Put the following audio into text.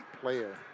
player